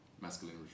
masculine